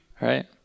Right